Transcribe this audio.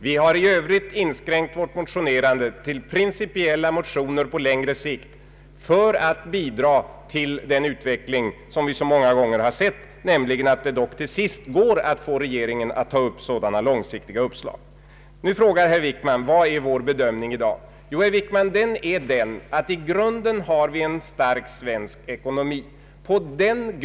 Vi har i övrigt inskränkt vårt motionerande till principiella motioner på längre sikt för att bidra till en utveck ling som — det har vi sett många gånger — det går att få regeringen att vara Nu frågar herr Wickman vilken vår bedömning är i dag. Jo, det är att vi i grunden har en stark ekonomi i Sverige.